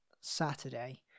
saturday